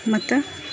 ಮತ್ತು